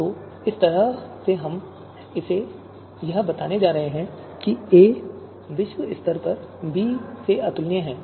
तो इस तरह से हम इसे यह बताने जा रहे हैं कि a विश्व स्तर पर b से अतुलनीय है